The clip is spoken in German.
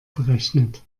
berechnet